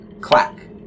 Clack